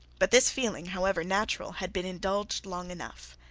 but this feeling, however natural, had been indulged long enough.